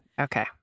Okay